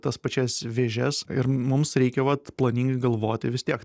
tas pačias vėžes ir mums reikia vat planingai galvoti vis tiek